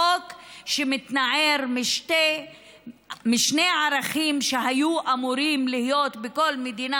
חוק שמתנער משני ערכים שהיו אמורים להיות בכל מדינה